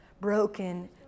broken